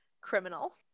criminal